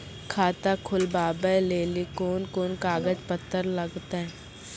खाता खोलबाबय लेली कोंन कोंन कागज पत्तर लगतै?